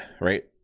right